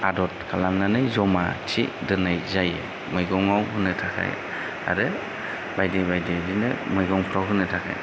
आदद खालामनानै जमा थि दोननाय जायो मैगंआव होनो थाखाय आरो बायदि बायदि बिदिनो मैगंफोराव होनो थाखाय